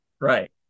Right